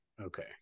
Okay